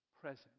present